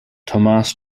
tomas